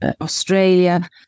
Australia